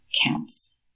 counts